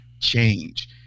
change